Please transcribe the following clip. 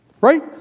right